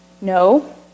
No